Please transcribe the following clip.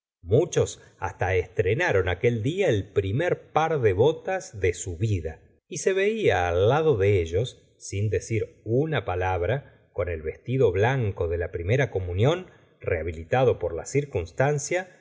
detrás los chiquillos vestían como sus papás parecían incomodados con sus trajes nuevos muchos hasta estrenaron aquel día el primer par de botas de su vida y se veía al lado de ellos sin decir una palabra con el vestido blanco de la primera comunión rehabilitado por la circunstancia